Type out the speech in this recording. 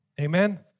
amen